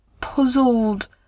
puzzled